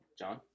John